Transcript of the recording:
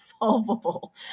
Solvable